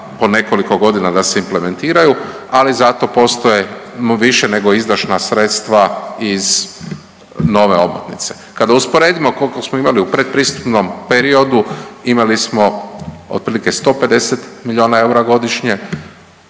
po nekoliko godina da se implementiraju, ali zato postoje više nego izdašna sredstva iz nove omotnice. Kada usporedimo koliko smo imali u pretpristupnom periodu, imali smo otprilike 150 milijuna eura godišnje,